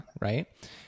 right